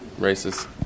Racist